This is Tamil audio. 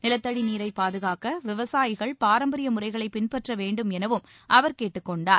நிலத்தடி நீரை பாதுகாக்க விவசாயிகள் பாரம்பரிய முறைகளை பின்பற்ற வேண்டும் எனவும் அவர் கேட்டுக் கொண்டார்